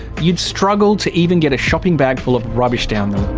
you'd struggle to even get a shopping bag full of rubbish down them.